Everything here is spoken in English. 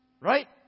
right